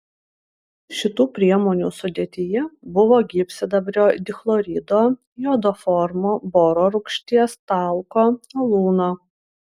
šitų priemonių sudėtyje buvo gyvsidabrio dichlorido jodoformo boro rūgšties talko alūno